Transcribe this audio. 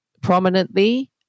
prominently